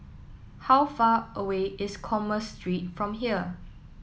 how far away is Commerce Street from here